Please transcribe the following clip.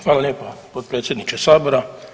Hvala lijepo potpredsjedniče sabora.